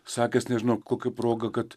sakęs nežinau kokia proga kad